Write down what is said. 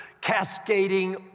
cascading